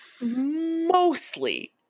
mostly